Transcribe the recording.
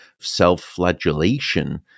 self-flagellation